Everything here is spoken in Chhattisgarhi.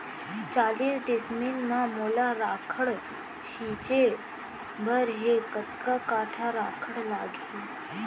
चालीस डिसमिल म मोला राखड़ छिंचे बर हे कतका काठा राखड़ लागही?